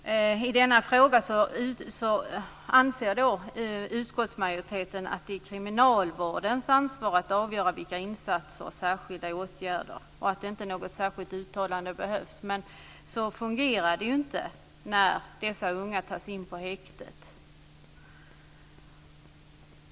I denna fråga anser utskottsmajoriteten att det är kriminalvårdens ansvar att avgöra vilka insatser och särskilda åtgärder som behövs, och att inget särskilt uttalande behövs. Men så fungerar det inte när dessa unga tas in på häktet.